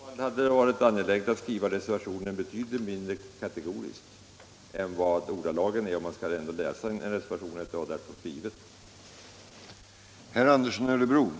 Herr talman! I så fall hade det varit angeläget att skriva reservationen betydligt mindre kategoriskt. Man skall väl ändå läsa reservationen så som den är skriven.